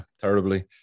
terribly